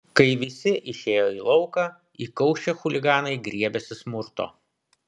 kai visi išėjo į lauką įkaušę chuliganai griebėsi smurto